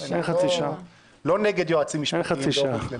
אני לא נגד יועצים משפטיים באופן כללי.